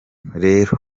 rero